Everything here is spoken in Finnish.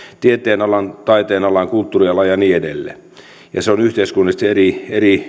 tieteenalan taiteenalan kulttuurialan ja niin edelleen ja se on yhteiskunnallisesti eri